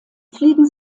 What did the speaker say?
fliegen